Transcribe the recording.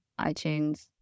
itunes